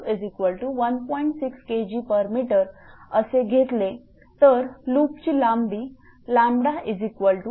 6 Kgm असे घेतले तर लूपची लांबी λ1